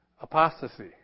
apostasy